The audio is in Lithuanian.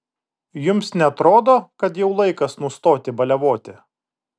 jums neatrodo kad jau laikas nustoti baliavoti